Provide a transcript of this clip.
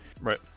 Right